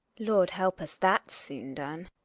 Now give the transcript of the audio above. lord help us, that's soon done.